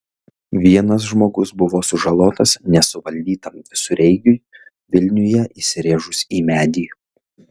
vienas žmogus buvo sužalotas nesuvaldytam visureigiui vilniuje įsirėžus į medį